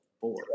Four